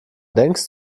denkst